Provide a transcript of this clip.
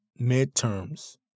midterms